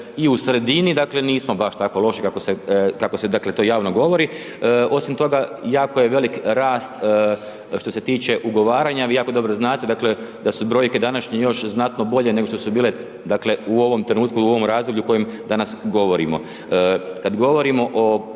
i u sredini, dakle nismo baš tako loši kako se to javno govori. Osim toga, jako je velik rast što se tiče ugovaranja. Vi jako dobro znate da su brojke današnje još znatno bolje nego što su bile u ovom trenutku i u ovom razdoblju o kojem danas govorimo. Kad govorimo o